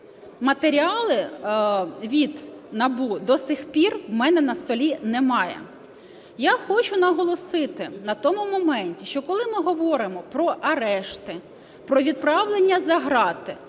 Матеріалів від НАБУ до сих пір у мене на столі немає. Я хочу наголосити на тому моменті, що коли ми говоримо про арешти, про відправлення за грати